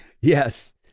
Yes